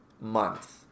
month